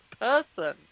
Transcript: person